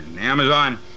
Amazon